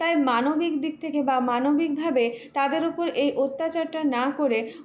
তাই মানবিক দিক থেকে বা মানবিকভাবে তাদের ওপর এই অত্যাচারটা না করে